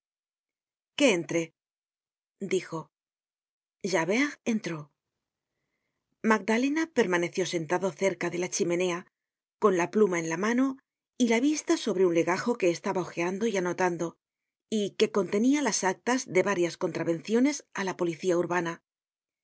que entre dijo javert entró magdalena permaneció sentado cerca de la chimenea con la pluma en la mano y la vista sobre un legajo que estaba hojeando y anotando y que contenia las actas de varias contravenciones á la policía urbana